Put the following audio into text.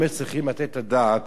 אני אומר שצריכים לתת את הדעת